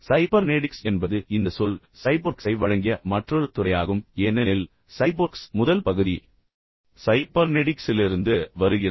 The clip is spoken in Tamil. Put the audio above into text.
சைபர்நெடிக்ஸ் என்பது இந்த சொல் சைபோர்க்ஸை வழங்கிய மற்றொரு துறையாகும் ஏனெனில் சைபோர்க்ஸ் முதல் பகுதி உண்மையில் சைபர்நெடிக்ஸிலிருந்து வருகிறது